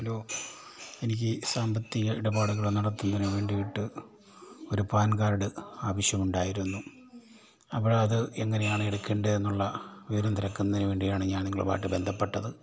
hello എനിക്ക് സാമ്പത്തിക ഇടപാടുകള് നടത്തുവാൻ വേണ്ടിയിട്ട് ഒരു പാൻ കാർഡ് ആവശ്യമുണ്ടായിരുന്നു അവിടെ അത് എങ്ങനെയാണ് എടുക്കേണ്ടത് എന്നുള്ള വിവരം തിരക്കുന്നതിനുവേണ്ടിയാണ് ഞാൻ നിങ്ങളുമായിട്ട് ബന്ധപ്പെട്ടത്